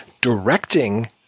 directing